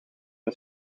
een